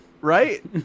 right